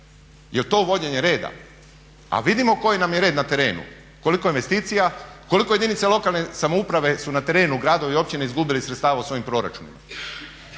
Jer to uvođenje reda? A vidimo koji nam je red na terenu, koliko investicija, koliko jedinica lokalne samouprave su na terenu, gradovi, općine izgubili sredstava u svojim proračunima?